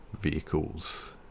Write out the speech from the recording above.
vehicles